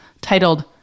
titled